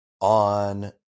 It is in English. on